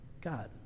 God